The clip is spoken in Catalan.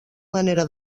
manera